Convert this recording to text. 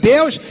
Deus